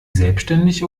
selbstständig